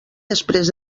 després